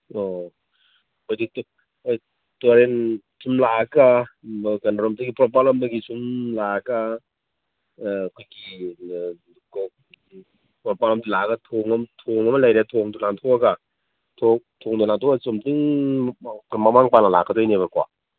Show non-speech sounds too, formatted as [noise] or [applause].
ꯑꯣ [unintelligible] ꯇꯨꯔꯦꯟ ꯁꯨꯝ ꯂꯥꯛꯑꯒ ꯀꯩꯅꯣ ꯔꯣꯝꯗꯩ ꯄꯣꯔꯣꯝꯄꯥꯠꯂꯣꯝꯗꯒꯤ ꯁꯨꯝ ꯂꯥꯛꯑꯒ ꯑꯩꯈꯣꯏꯒꯤ ꯄꯣꯔꯣꯝꯄꯥꯠꯂꯣꯝꯗꯩ ꯂꯥꯛꯑꯒ ꯊꯣꯡ ꯑꯃ ꯊꯣꯡ ꯑꯃ ꯂꯩꯔꯦ ꯊꯣꯡꯗꯨ ꯂꯥꯟꯊꯣꯛꯑꯒ ꯊꯣꯡꯗꯨ ꯂꯥꯟꯊꯣꯛꯑꯒ ꯆꯨꯝꯗ꯭ꯔꯤꯡ ꯃꯃꯥꯡ ꯄꯥꯡꯅ ꯂꯥꯛꯀꯗꯣꯏꯅꯦꯕꯀꯣ